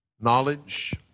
knowledge